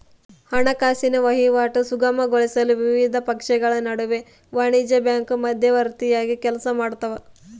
ಹಣಕಾಸಿನ ವಹಿವಾಟು ಸುಗಮಗೊಳಿಸಲು ವಿವಿಧ ಪಕ್ಷಗಳ ನಡುವೆ ವಾಣಿಜ್ಯ ಬ್ಯಾಂಕು ಮಧ್ಯವರ್ತಿಯಾಗಿ ಕೆಲಸಮಾಡ್ತವ